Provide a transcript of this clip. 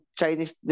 chinese